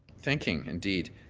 thinking indeed.